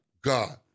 God